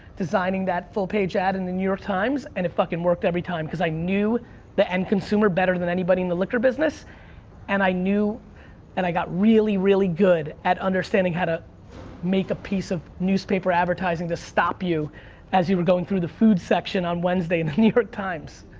designing that full page ad in the new york times and it fuckin' worked every time cuz i knew the end consumer better than anybody in the liquor business and i knew and i got really really good at understanding how to make a piece of newspaper advertising to stop you as you were going through the food section on wednesday in the new york times.